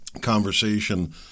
conversation